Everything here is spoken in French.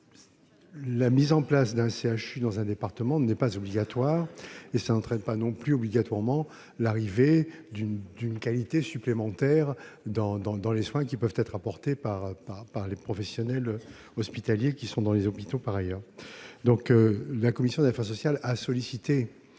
La mise en place d'un CHU dans un département n'est pas obligatoire et n'est pas non plus obligatoirement synonyme de qualité supplémentaire dans les soins qui peuvent être dispensés par les professionnels hospitaliers qui sont dans les hôpitaux par ailleurs. Il y a quelque temps, la commission